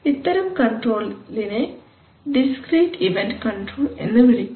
ഇത്തരം കൺട്രോളിനെ discrete event control എന്ന് വിളിക്കുന്നു